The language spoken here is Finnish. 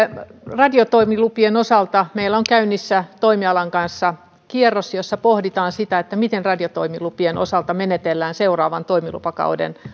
radiotoimilupien osalta meillä on käynnissä toimialan kanssa kierros jossa pohditaan sitä miten radiotoimilupien osalta menetellään seuraavan toimilupakauden